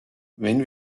wenn